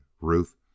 Ruth